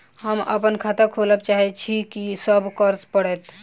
हम अप्पन खाता खोलब चाहै छी की सब करऽ पड़त?